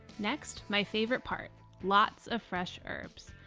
next, my favorite part lots of fresh herbs.